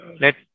let